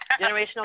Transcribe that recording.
generational